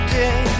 day